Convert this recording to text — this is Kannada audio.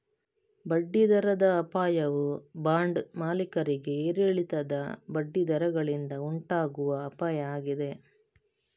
ಬಡ್ಡಿ ದರದ ಅಪಾಯವು ಬಾಂಡ್ ಮಾಲೀಕರಿಗೆ ಏರಿಳಿತದ ಬಡ್ಡಿ ದರಗಳಿಂದ ಉಂಟಾಗುವ ಅಪಾಯ ಆಗಿದೆ